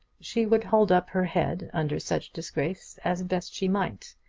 she would hold up her head under such disgrace as best she might,